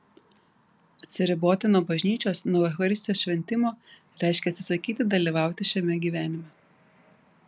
atsiriboti nuo bažnyčios nuo eucharistijos šventimo reiškia atsisakyti dalyvauti šiame gyvenime